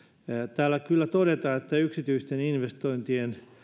täällä kyllä todetaan että yksityisten investointien